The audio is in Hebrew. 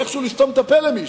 זה לסתום את הפה למישהו.